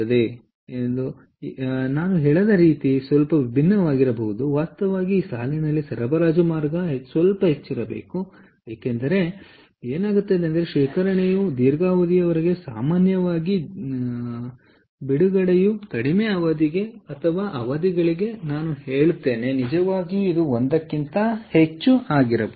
ಆದ್ದರಿಂದ ನಾನು ಎಳೆದ ರೀತಿ ಸ್ವಲ್ಪ ವಿಭಿನ್ನವಾಗಿದೆ ವಾಸ್ತವವಾಗಿ ಈ ಸಾಲಿನಲ್ಲಿ ಸರಬರಾಜು ಮಾರ್ಗವು ಸ್ವಲ್ಪ ಹೆಚ್ಚಿರಬೇಕು ಏಕೆಂದರೆ ಏನಾಗುತ್ತದೆ ಎಂದರೆ ಶೇಖರಣೆಯು ದೀರ್ಘಾವಧಿಯವರೆಗೆ ಸಾಮಾನ್ಯವಾಗಿ ದೀರ್ಘಾವಧಿಯವರೆಗೆ ಮತ್ತು ಬಿಡುಗಡೆಯು ಕಡಿಮೆ ಅವಧಿಗೆ ಅಥವಾ ಅವಧಿಗಳಿಗೆ ನಾನು ಹೇಳುತ್ತೇನೆ ನಿಜವಾಗಿಯೂ ಒಂದಕ್ಕಿಂತ ಹೆಚ್ಚು ಆಗಿರಬಹುದು